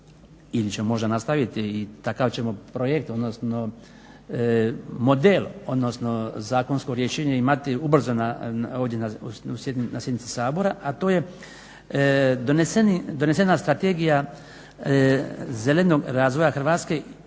ili će možda nastaviti i takav ćemo projekt odnosno model odnosno zakonsko rješenje imati ubrzo ovdje na sjednici Sabora, a to je donesena Strategija zelenog razvoja Hrvatske,